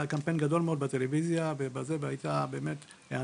היה קמפיין גדול מאוד בטלוויזיה והייתה היענות.